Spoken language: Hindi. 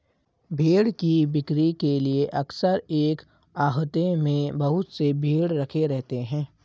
भेंड़ की बिक्री के लिए अक्सर एक आहते में बहुत से भेंड़ रखे रहते हैं